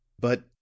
But